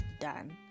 done